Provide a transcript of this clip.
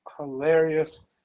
Hilarious